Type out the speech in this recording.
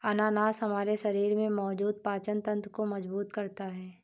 अनानास हमारे शरीर में मौजूद पाचन तंत्र को मजबूत करता है